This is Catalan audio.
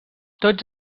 tots